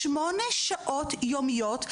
שמונה שעות יומיות,